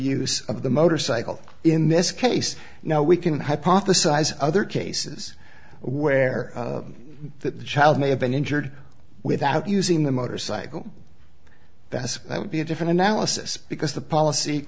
use of the motorcycle in this case now we can hypothesize other cases where that child may have been injured without using the motorcycle that would be a different analysis because the policy